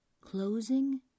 closing